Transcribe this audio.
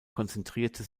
konzentrierte